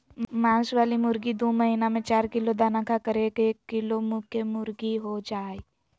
मांस वाली मुर्गी दू महीना में चार किलो दाना खाकर एक किलो केमुर्गीहो जा हइ